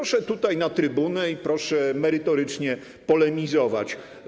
Proszę tutaj, na trybunę, i proszę merytorycznie polemizować.